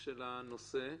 של הנושא,